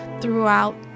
throughout